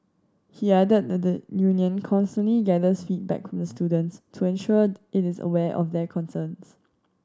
he added that the union constantly gathers feedback the students to ensure it is aware of their concerns